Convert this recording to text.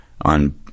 on